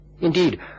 Indeed